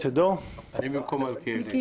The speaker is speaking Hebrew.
אני במקום מלכיאלי.